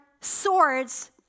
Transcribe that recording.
swords